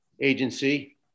agency